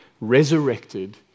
resurrected